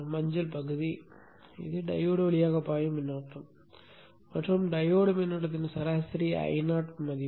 மஞ்சள் பகுதி என்பது டையோடு வழியாக பாயும் மின்னோட்டம் மற்றும் டையோடு மின்னோட்டத்தின் சராசரி Io மதிப்பு